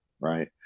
right